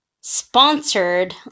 Sponsored